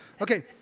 Okay